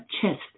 chest